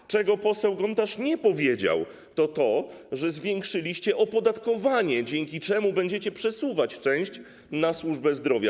To, czego poseł Gontarz nie powiedział, to, że zwiększyliście opodatkowanie, dzięki czemu będziecie przesuwać część na służbę zdrowia.